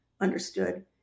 understood